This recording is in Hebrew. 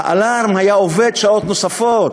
ה-alarm היה עובד שעות נוספות,